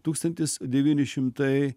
tūkstantis devyni šimtai